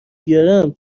بیارم